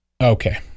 okay